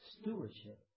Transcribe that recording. Stewardship